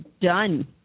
done